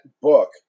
book